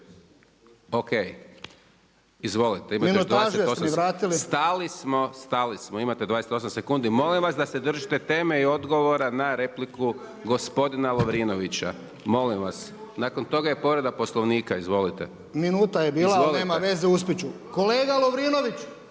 vratili? …/Upadica Hajdaš Dončić: Stali smo, stali smo, imate 28 sekundi, molim vas da se držite teme i odgovora na repliku gospodina Lovrinovića, molim vas, nakon toga je povreda Poslvnika, izvolite./… Minuta je bila, ali nema veze, uspjet ću. Kolega Lovrinović,